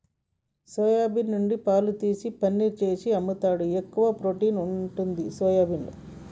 soya bean నుండి పాలు తీసి పనీర్ చేసి అమ్ముతాండ్రు, ఎక్కువ ప్రోటీన్ ఉంటది సోయాబీన్ల